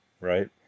right